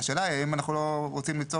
והשאלה היא האם אנחנו לא רוצים ליצור